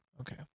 Okay